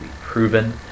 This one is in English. proven